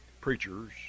preachers